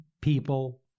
people